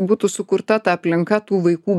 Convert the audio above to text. būtų sukurta ta aplinka tų vaikų